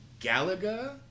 Galaga